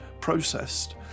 processed